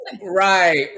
Right